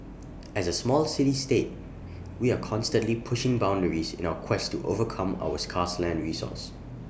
as A small city state we are constantly pushing boundaries in our quest to overcome our scarce land resource